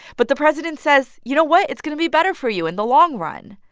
but the president says, you know what? it's going to be better for you in the long run.